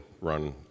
run